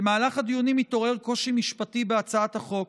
במהלך הדיונים התעורר קושי משפטי בהצעת החוק,